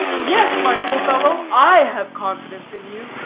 yes, my poor fellow i have confidence in you,